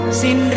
sin